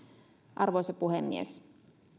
arvoisa puhemies